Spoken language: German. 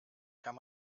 kann